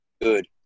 good